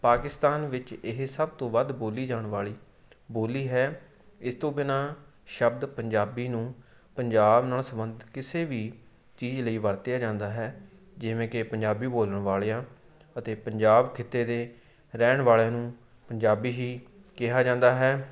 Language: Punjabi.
ਪਾਕਿਸਤਾਨ ਵਿੱਚ ਇਹ ਸਭ ਤੋਂ ਵੱਧ ਬੋਲੀ ਜਾਣ ਵਾਲੀ ਬੋਲੀ ਹੈ ਇਸ ਤੋਂ ਬਿਨਾ ਸ਼ਬਦ ਪੰਜਾਬੀ ਨੂੰ ਪੰਜਾਬ ਨਾਲ਼ ਸੰਬੰਧਿਤ ਕਿਸੇ ਵੀ ਚੀਜ਼ ਲਈ ਵਰਤਿਆ ਜਾਂਦਾ ਹੈ ਜਿਵੇਂ ਕਿ ਪੰਜਾਬੀ ਬੋਲਣ ਵਾਲਿਆਂ ਅਤੇ ਪੰਜਾਬ ਖਿੱਤੇ ਦੇ ਰਹਿਣ ਵਾਲਿਆਂ ਨੂੰ ਪੰਜਾਬੀ ਹੀ ਕਿਹਾ ਜਾਂਦਾ ਹੈ